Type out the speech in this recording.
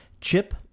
chip